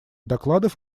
докладов